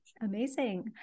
Amazing